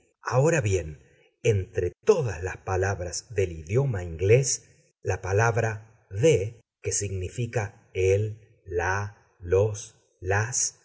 ahora bien entre todas las palabras del idioma inglés the el la los las